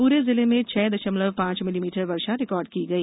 पूरे जिले में छह दशमलव पांच मिलीमीटर वर्षा रिकार्ड की गई